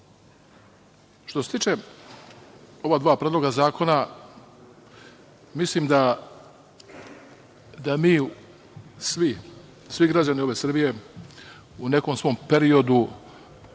se tiče ova dva predloga zakona, mislim da mi svi, svi građani Srbije u nekom svom periodu